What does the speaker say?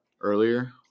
earlier